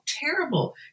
terrible